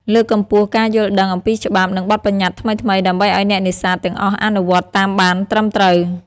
លើកកម្ពស់ការយល់ដឹងអំពីច្បាប់ និងបទប្បញ្ញត្តិថ្មីៗ ដើម្បីឲ្យអ្នកនេសាទទាំងអស់អនុវត្តតាមបានត្រឹមត្រូវ។